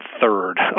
third